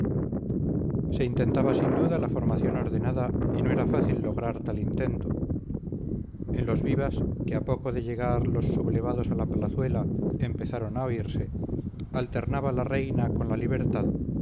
se intentaba sin duda la formación ordenada y no era fácil lograr tal intento en los vivas que a poco de llegar los sublevados a la plazuela empezaron a oírse alternaba la reina con la libertad